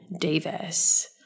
Davis